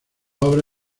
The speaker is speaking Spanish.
obra